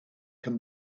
can